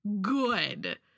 good